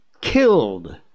killed